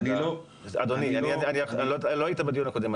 לא היית בדיון הקודם,